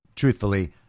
Truthfully